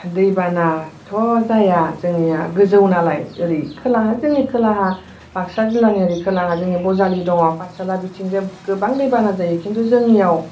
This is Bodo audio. दै बानाथ' जाया जोंनिया गोजौ नालाय ओरै खोलाहा जोंनि खोलाहा बाक्सा जिल्लानि ओरै खोलाहा जोंनि बजालि दं पाटशाला बिथिंजोब गोबां दैबाना जायो खिन्थु जोंनियाव